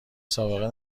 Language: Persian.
سابقه